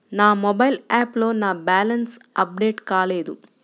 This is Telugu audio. నా మొబైల్ యాప్లో నా బ్యాలెన్స్ అప్డేట్ కాలేదు